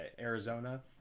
Arizona